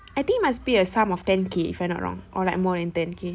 I think must pay a sum of ten K if I'm not wrong or like more than ten K